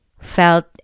felt